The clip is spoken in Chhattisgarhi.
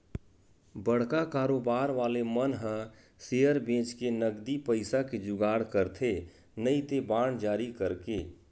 बड़का कारोबार वाले मन ह सेयर बेंचके नगदी पइसा के जुगाड़ करथे नइते बांड जारी करके